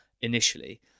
initially